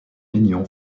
lignon